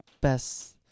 best